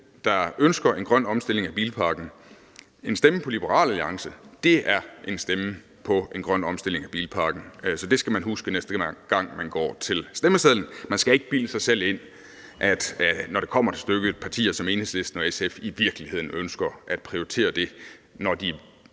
der ønsker en grøn omstilling af bilparken: En stemme på Liberal Alliance er en stemme på en grøn omstilling af bilparken, så det skal man huske, næste gang man går til stemmesedlen. Man skal ikke bilde sig selv ind, at partier som Enhedslisten og SF, når det kommer til stykket, i virkeligheden ønsker at prioritere det, når de